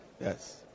Yes